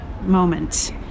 moment